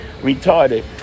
Retarded